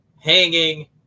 hanging